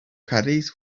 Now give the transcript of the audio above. caddies